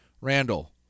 Randall